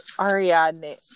Ariadne